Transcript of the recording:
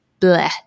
bleh